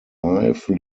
life